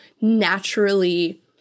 naturally